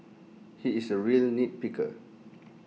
he is A real nit picker